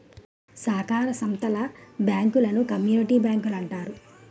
సాకార సంత్తల బ్యాంకులను కమ్యూనిటీ బ్యాంకులంటారు